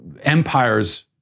empires